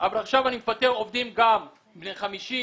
עכשיו אני מפטר עובדים בני 50,